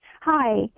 Hi